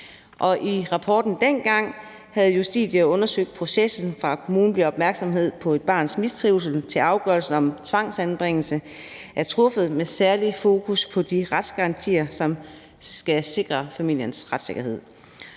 I rapporten dengang havde Justitia undersøgt processen, fra kommunen bliver opmærksom på et barns mistrivsel, til afgørelsen om tvangsanbringelse er truffet, med særlig fokus på de retsgarantier, som skal sikre familiens retssikkerhed,